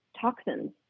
toxins